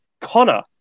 Connor